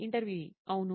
ఇంటర్వ్యూఈ అవును